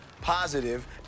positive